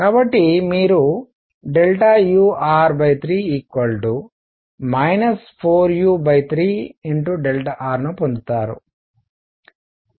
కాబట్టి మీరుur3 4u3r పొందుతారు